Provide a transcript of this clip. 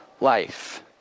life